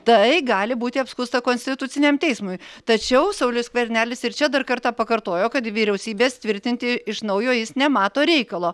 tai gali būti apskųsta konstituciniam teismui tačiau saulius skvernelis ir čia dar kartą pakartojo kad vyriausybės tvirtinti iš naujo jis nemato reikalo